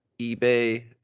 eBay